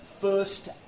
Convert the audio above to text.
first